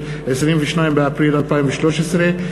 22 באפריל 2013,